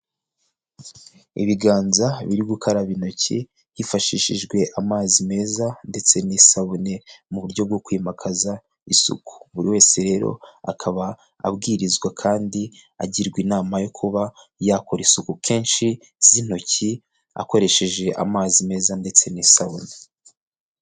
Ibiganza biri gukaraba intoki hifashishijwe amazi meza ndetse n'isabune, mu buryo bwo kwimakaza isuku buri wese rero akaba abwirizwa kandi agirwa inama yo kuba yakora isuku kenshi z'intoki, akoresheje amazi meza ndetse n'isabune.